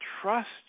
trust